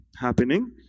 happening